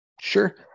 Sure